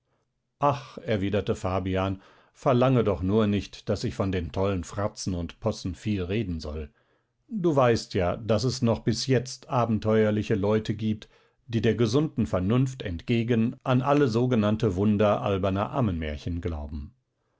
ach erwiderte fabian verlange doch nur nicht daß ich von den tollen fratzen und possen viel reden soll du weißt ja daß es noch bis jetzt abenteuerliche leute gibt die der gesunden vernunft entgegen an alle sogenannte wunder alberner ammenmärchen glauben